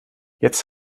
jetzt